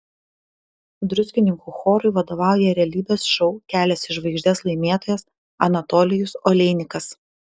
druskininkų chorui vadovauja realybės šou kelias į žvaigždes laimėtojas anatolijus oleinikas